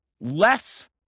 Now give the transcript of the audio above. less